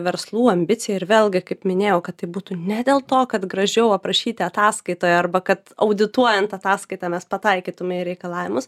verslų ambicija ir vėlgi kaip minėjau kad tai būtų ne dėl to kad gražiau aprašyti ataskaitoje arba kad audituojant ataskaitą mes pataikytume į reikalavimus